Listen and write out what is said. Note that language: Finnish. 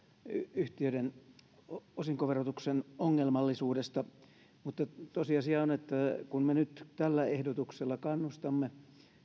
yhtiöiden osinkoverotuksen ongelmallisuudesta mutta tosiasia on että kun me nyt tällä ehdotuksella kannustamme